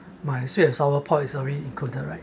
my sweet and sour pork is already included right